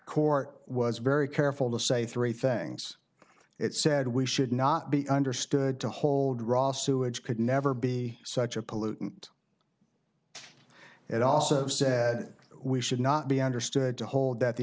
court was very careful to say three things it said we should not be understood to hold raw sewage could never be such a pollutant it also said we should not be understood to hold that the